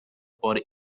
por